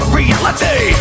reality